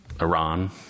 Iran